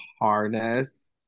harness